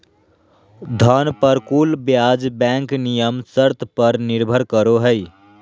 धन पर कुल ब्याज बैंक नियम शर्त पर निर्भर करो हइ